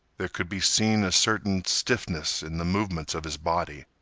there could be seen a certain stiffness in the movements of his body,